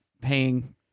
paying